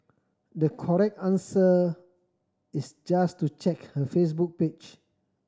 the correct answer is just to check her Facebook page